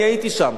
אני הייתי שם.